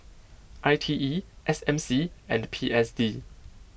I T E S M C and P S D